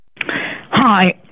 Hi